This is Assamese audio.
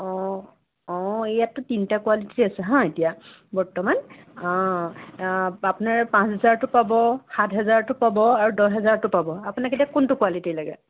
অঁ অঁ ইয়াততো তিনিটা কোৱালিটিৰ আছে হা এতিয়া বৰ্তমান আপোনাৰ পাঁচ হাজাৰতো পাব সাত হাজাৰতো পাব আৰু দহ হাজাৰতো পাব আপোনাক এতিয়া কোনটো কোৱালিটি লাগে